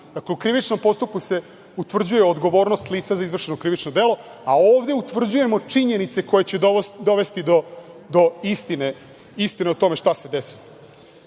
u krivičnom postupku se utvrđuje odgovornost lica za izvršeno krivično delo, a ovde utvrđujemo činjenice koje će dovesti do istine o tome šta se